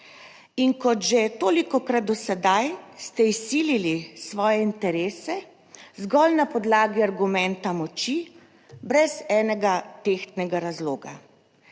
in kot že tolikokrat do sedaj ste izsilili svoje interese zgolj na podlagi argumenta moči, brez enega tehtnega razloga.